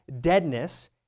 deadness